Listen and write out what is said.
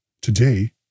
today